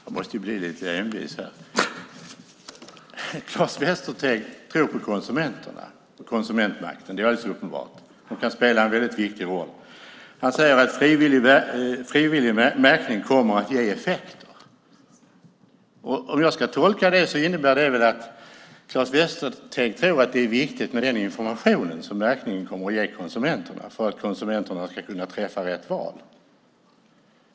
Fru talman! Jag måste envisas. Claes Västerteg tror på konsumentmakten. Det är alldeles uppenbart. Den kan spela en viktig roll. Han säger att frivillig märkning kommer att ge effekt. Jag tolkar det som att Claes Västerteg tror att det är viktigt med den information som märkningen kommer att ge konsumenterna för att de ska kunna göra rätt val.